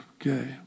okay